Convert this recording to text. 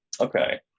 okay